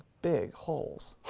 big holes